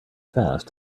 fast